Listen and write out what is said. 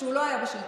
כשהוא לא היה בשלטון.